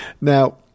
Now